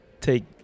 take